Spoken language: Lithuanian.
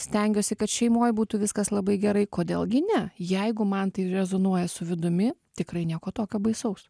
stengiuosi kad šeimoj būtų viskas labai gerai kodėl gi ne jeigu man tai rezonuoja su vidumi tikrai nieko tokio baisaus